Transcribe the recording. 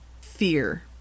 Fear